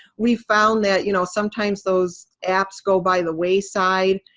we've found that you know sometimes those apps go by the wayside,